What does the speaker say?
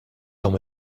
quand